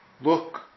look